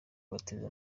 bateze